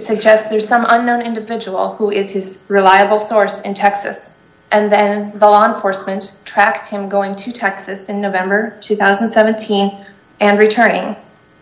chester some unknown individual who is his reliable source in texas and then law enforcement tracked him going to texas in november two thousand and seventeen and returning